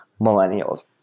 millennials